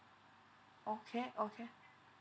okay okay